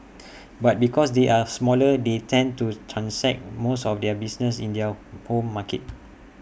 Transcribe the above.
but because they are smaller they tend to transact most of their business in their home markets